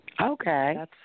Okay